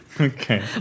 Okay